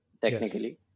technically